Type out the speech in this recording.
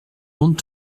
compte